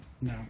No